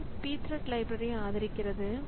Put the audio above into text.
இவை Pthreads library ஆதரிக்கிறது